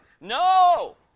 No